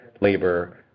labor